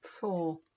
Four